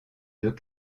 deux